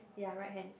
ya right hand